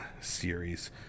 series